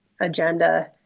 agenda